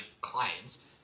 clients